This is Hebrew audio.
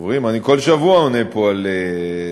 אני כל שבוע עונה פה על דברים.